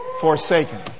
forsaken